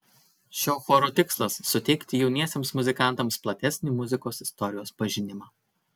šio choro tikslas suteikti jauniesiems muzikantams platesnį muzikos istorijos pažinimą